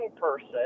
person